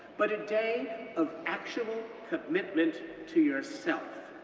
but a day of actual commitment to yourself,